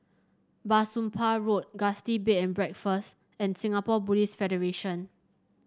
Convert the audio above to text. Bah Soon Pah Road Gusti Bed and Breakfast and Singapore Buddhist Federation